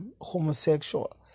homosexual